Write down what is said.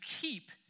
keep